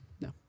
No